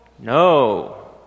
No